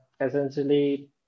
essentially